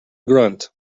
grunt